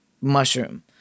mushroom